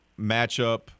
matchup